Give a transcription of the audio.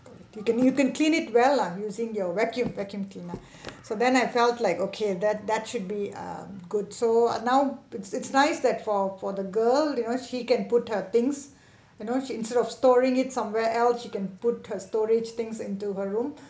you can you can clean it well lah using your vacuum vacuum cleaner so then I felt like okay that that should be uh good so now it's it's nice that for for the girl you know she can put her things you know instead of storing it somewhere else she can put her storage things into her room